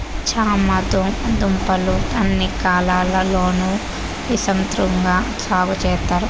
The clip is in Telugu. చామ దుంపలు అన్ని కాలాల లోనూ విసృతంగా సాగు చెత్తారు